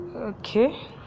Okay